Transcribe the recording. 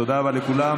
תודה רבה לכולם.